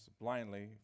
blindly